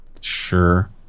Sure